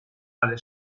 alle